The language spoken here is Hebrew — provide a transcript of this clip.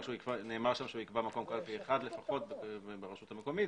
נאמר שם שהוא יקבע מקום קלפי אחד לפחות ברשות המקומית,